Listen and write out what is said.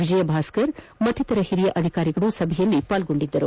ವಿಜಯ ಭಾಸ್ಕರ್ ಇತರ ಹಿರಿಯ ಅಧಿಕಾರಿಗಳು ಸಭೆಯಲ್ಲಿ ಪಾಲ್ಗೊಂಡಿದ್ದರು